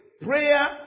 prayer